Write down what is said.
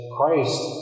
Christ